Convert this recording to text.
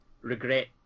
regret